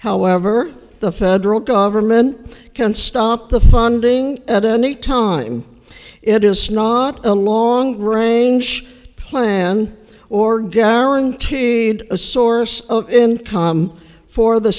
however the federal government can stop the funding at any time it is not a long range plan or guaranteed a source of income for the